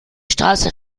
straße